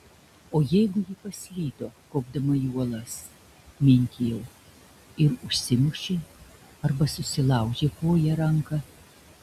o jeigu ji paslydo kopdama į uolas mintijau ir užsimušė arba susilaužė koją ar ranką